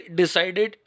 decided